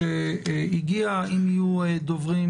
וכמה סעיפי חוק שהייתי שמחה שיהיו על השולחן